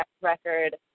record